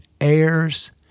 heirs